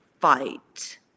fight